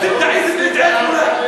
בראש-העין, אתם טעיתם והטעיתם את כולם.